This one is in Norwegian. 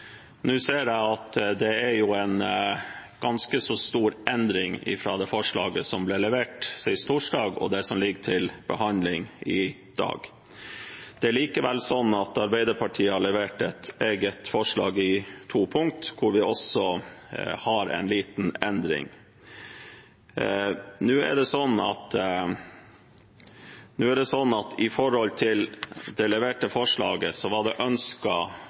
Nå ser jeg at det er en ganske så stor endring fra det forslaget som ble levert sist torsdag, til det som ligger til behandling i dag. Det er likevel sånn at Arbeiderpartiet har levert egne forslag i to punkter, hvor vi også har en liten endring. Når det gjelder det leverte forslaget, var det ønsket en hastebehandling. Det har Arbeiderpartiet støttet. I det opprinnelige forslaget lå det også bl.a. an til en forvaltning på individnivå. Det